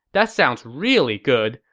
that sounds really good,